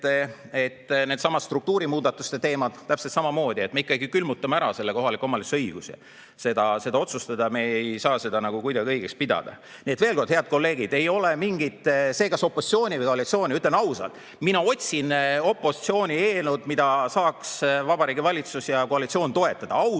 needsamad struktuurimuudatused. Täpselt samamoodi, me ikkagi külmutame ära kohaliku omavalitsuse õiguse neid palku otsustada. Me ei saa seda kuidagi õigeks pidada. Nii et veel kord, head kolleegid, ei ole mingit küsimust, kas opositsioon või koalitsioon. Ütlen ausalt, mina otsin opositsiooni eelnõu, mida saaks Vabariigi Valitsus ja koalitsioon toetada. Ausalt,